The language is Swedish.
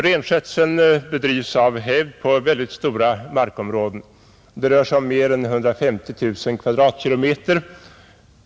Renskötseln bedrivs av hävd på mycket stora markområden, Det rör sig om mer än 150 000 km?